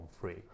free